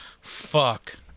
Fuck